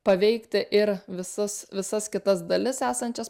paveikti ir visus visas kitas dalis esančias